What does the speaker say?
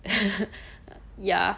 ya